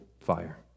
fire